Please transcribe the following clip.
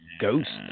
Ghosts